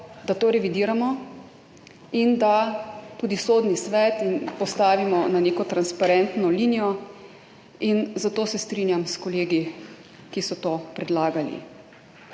da to revidiramo in da tudi Sodni svet postavimo na neko transparentno linijo in zato se strinjam s kolegi, ki so to predlagali.